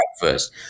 breakfast